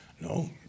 No